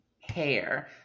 hair